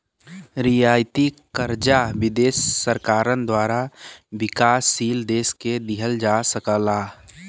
रियायती कर्जा विदेशी सरकारन द्वारा विकासशील देश के दिहल जा सकला